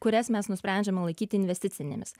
kurias mes nusprendžiame laikyti investicinėmis